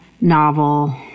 novel